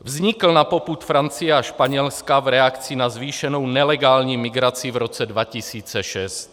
Vznikl na popud Francie a Španělska v reakci na zvýšenou nelegální migraci v roce 2006.